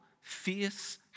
fierce